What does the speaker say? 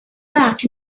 back